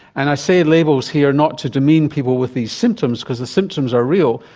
and i say labels here not to demean people with these symptoms, because the symptoms are real,